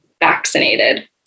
vaccinated